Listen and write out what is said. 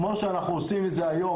כמו שאנחנו עושים את זה היום,